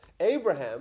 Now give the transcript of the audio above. Abraham